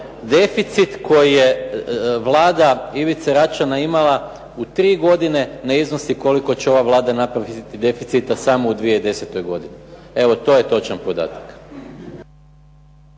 deficit koji je Vlada Ivice Račana imala u tri godine ne iznosi koliko će ova Vlada napraviti deficita samo u 2010. godini. Evo to je točan podatak.